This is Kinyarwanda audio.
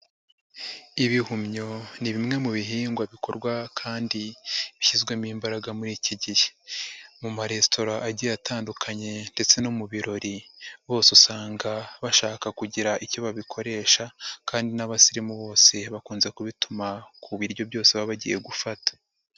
Ibihumyo ni bimwe mu bihingwa bikorwa kandi bishyizwemo imbaraga muri iki gihe, mu maresitora agiye atandukanye ndetse no mu birori bose usanga bashaka kugira icyo babikoresha kandi n'abasirimu bose bakunze kubituma ku biryo byose baba bagiye gufata.